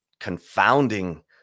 confounding